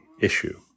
issue